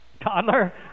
Toddler